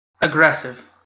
Aggressive